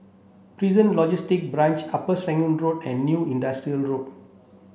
Prison Logistic Branch Upper Serangoon Road and New Industrial Road